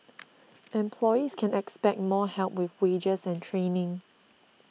employees can expect more help with wages and training